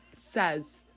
Says